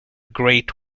great